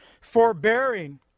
forbearing